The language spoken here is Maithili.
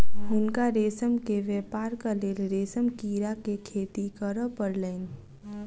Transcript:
हुनका रेशम के व्यापारक लेल रेशम कीड़ा के खेती करअ पड़लैन